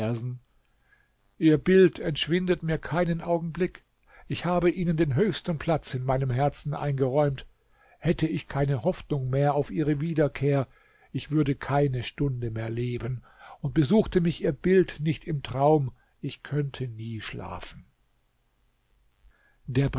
ihr bild entschwindet mir keinen augenblick ich habe ihnen den höchsten platz in meinem herzen eingeräumt hätte ich keine hoffnung mehr auf ihre wiederkehr ich würde keine stunde mehr leben und besuchte mich ihr bild nicht im traum ich könnte nie schlafen